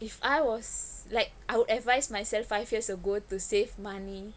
if I was like I would advise myself five years ago to save money